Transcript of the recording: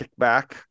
kickback